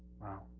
Wow